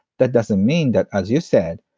that doesn't mean that, as you said,